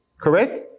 Correct